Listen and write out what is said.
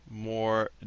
more